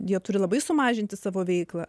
jie turi labai sumažinti savo veiklą